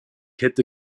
hätte